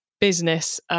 business